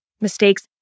mistakes